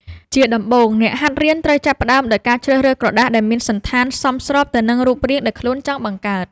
ជាដំបូង អ្នកហាត់រៀនត្រូវចាប់ផ្ដើមដោយការជ្រើសរើសក្រដាសដែលមានសណ្ឋានសមស្របទៅនឹងរូបរាងដែលខ្លួនចង់បង្កើត។